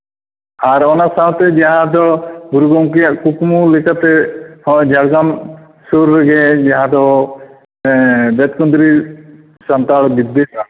ᱟᱨ ᱚᱱᱟ ᱥᱟᱶᱛᱮ ᱡᱟᱦᱟᱸ ᱫᱚ ᱜᱩᱨᱩ ᱜᱚᱝᱠᱮᱭᱟᱜ ᱠᱩᱠᱢᱩ ᱞᱮᱠᱟᱛᱮ ᱦᱚᱸ ᱡᱷᱟᱲᱜᱨᱟᱢ ᱥᱩᱨ ᱨᱮᱜᱮ ᱡᱟᱦᱟᱸᱫᱚ ᱵᱮᱛᱠᱩᱸᱫᱽᱨᱤ ᱥᱟᱱᱛᱟᱲ ᱵᱤᱫᱽᱫᱟᱹᱜᱟᱲ